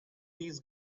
this